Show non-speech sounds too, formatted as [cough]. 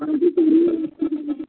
[unintelligible]